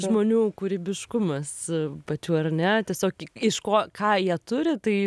žmonių kūrybiškumas pačių ar ne tiesiog iš ko ką jie turi tai